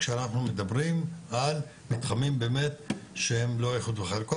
כשאנחנו מדברים על מתחמים שהם לא איחוד וחלוקה,